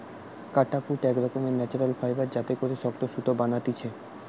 কাটাকুট এক রকমের ন্যাচারাল ফাইবার যাতে করে শক্ত সুতা বানাতিছে